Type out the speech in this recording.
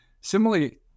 Similarly